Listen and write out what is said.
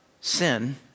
sin